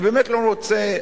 אני באמת לא רוצה,